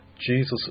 Jesus